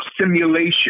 simulation